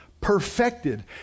perfected